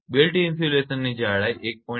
belt ઇન્સ્યુલેશનની જાડાઈ 1